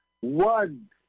one